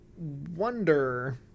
Wonder